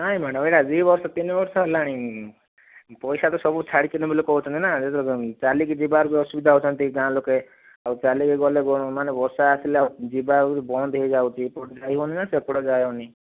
ନାଇଁ ମ୍ୟାଡ଼ାମ ଏଇଟା ଦି ବର୍ଷ ତିନି ବର୍ଷ ହେଲାଣି ପଇସା ତ ସବୁ ଛାଡ଼ିଛନ୍ତି ବୋଲି କହୁଛନ୍ତି ନା ଚାଲିକି ଯିବାର ଅସୁବିଧା ହେଉଛନ୍ତି ଗାଁ ଲୋକେ ଆଉ ଚାଲିକି ଗଲେ ମାନେ ବର୍ଷା ଆସିଲେ ଆଉ ଯିବା ଆଗରୁ ବନ୍ଦ ହୋଇଯାଉଛି କେଉଁଠିକୁ ଯାଇ ହେଉନାହିଁ ନା ସେପଟେ ଯାଇହେଉନାହିଁ